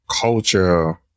culture